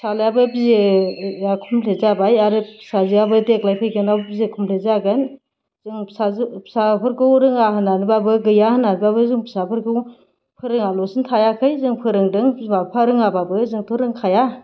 फिसाज्लायाबो बि ए क'मप्लिट जाबाय आरो फिसाजोआबो देग्लाय फैगोनाव बि ए क'मप्लिट जागोन जों फिसाफोरखौ रोङा होननानैबाबो गैया होननानैबाबो जों फिसाफोरखौ फोरोङालासिनो थायाखै जों फोरोंदों बिमा बिफा रोङाबाबो जोंथ' रोंखाया